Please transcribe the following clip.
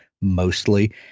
mostly